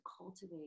cultivate